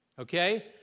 okay